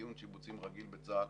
דיון שיבוצים בצה"ל,